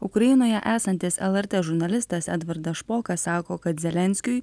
ukrainoje esantis lrt žurnalistas edvardas špokas sako kad zelenskiui